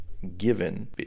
given